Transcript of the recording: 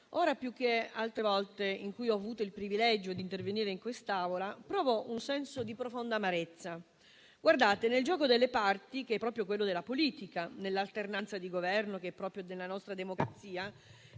ora più che altre volte in cui ho avuto il privilegio di intervenire in quest'Aula, provo un senso di profonda amarezza. Nel gioco delle parti, che è proprio quello della politica, nell'alternanza di Governo che è propria della nostra democrazia,